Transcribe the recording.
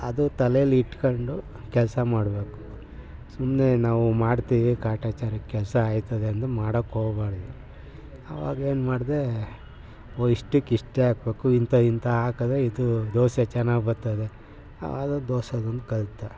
ಅದು ತಲೇಲಿ ಇಟ್ಕೊಂಡು ಕೆಲಸ ಮಾಡಬೇಕು ಸುಮ್ಮನೆ ನಾವು ಮಾಡ್ತೀವಿ ಕಾಟಾಚಾರಕ್ಕೆ ಕೆಲಸ ಆಯ್ತದೆ ಅಂದು ಮಾಡ್ಕೊಳ್ಬಾರ್ದು ಆವಾಗೇನು ಮಾಡದೇ ಓ ಇಷ್ಟಕ್ಕೆ ಇಷ್ಟೇ ಹಾಕ್ಬೇಕು ಇಂಥ ಇಂಥ ಹಾಕಿದ್ರೆ ಇದು ದೋಸೆ ಚೆನ್ನಾಗಿ ಬರ್ತದೆ ಆಗ ದೋಸೆದೊಂದು ಕಲಿತೆ